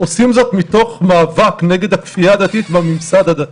עושים זאת מתוך מאבק נגד הכפייה הדתית והממסד הדתי.